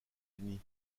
unis